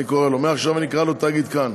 מעכשיו אני אקרא לו תאגיד כאן.